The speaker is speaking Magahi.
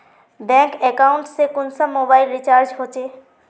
बैंक अकाउंट से कुंसम मोबाईल रिचार्ज होचे?